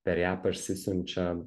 per ją parsisiunčia